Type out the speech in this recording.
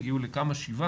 הגיעו לשבעה,